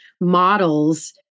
models